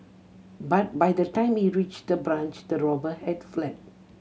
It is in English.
but by the time he reached the branch the robber had fled